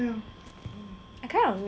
I kind of miss him you know